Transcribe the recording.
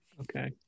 okay